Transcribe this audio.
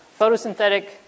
photosynthetic